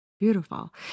Beautiful